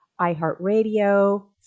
iHeartRadio